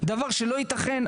זה דבר שלא יתכן.